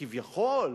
כביכול,